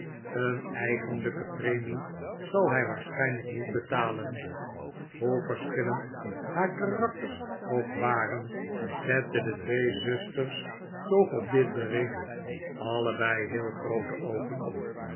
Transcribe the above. een eigenlijke premie zal hij waarschijnlijk niet betalen hoe verschillend haar karakters ook waren zetten de twee zusters toch op dit benefit allebei heel groote oogen op